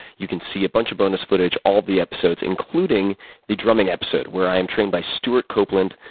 you can see a bunch of bonus footage, all of the episodes. including the drumming episode. where i am trained by stewart copeland,